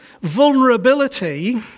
vulnerability